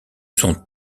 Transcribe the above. sont